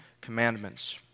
Commandments